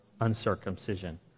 uncircumcision